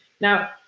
Now